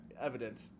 evident